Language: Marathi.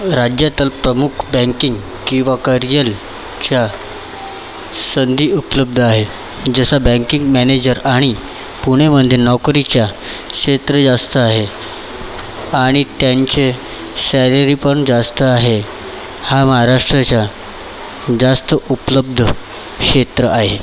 राज्यातील प्रमुख बँकिंग किंवा करिअलच्या संधी उपलब्ध आहे जसं बँकिंग मॅनेजर आणि पुणेमध्ये नोकरीच्या क्षेत्र जास्त आहे आणि त्यांचे सॅलरीपण जास्त आहे हा महाराष्ट्राचा जास्त उपलब्ध क्षेत्र आहे